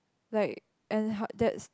like and how that's